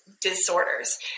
disorders